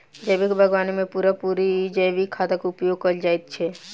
जैविक बागवानी मे पूरा पूरी जैविक खादक उपयोग कएल जाइत छै